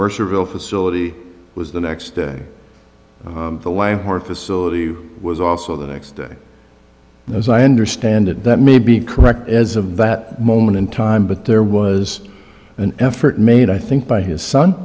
mercer real facility was the next day the live heart facility was also the next day as i understand it that may be correct as of that moment in time but there was an effort made i think by his son